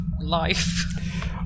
life